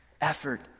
Effort